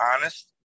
honest